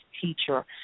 teacher